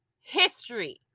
history